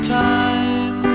time